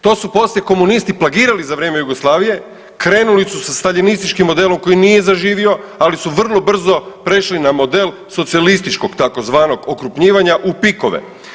To su poslije komunisti plagirali za vrijeme Jugoslavije, krenuli su sa Staljinističkim modelom koji nije zaživio, ali su vrlo brzo prešli na model socijalističkog tzv. okrupnjivanja u PIK-ove.